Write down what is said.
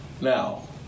Now